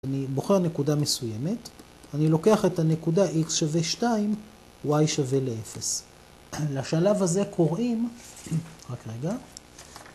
אני בוחר נקודה מסוימת, אני לוקח את הנקודה x שווה 2, y שווה ל-0. לשלב הזה קוראים, רק רגע.